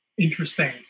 interesting